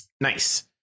Nice